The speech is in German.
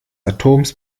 atoms